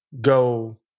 go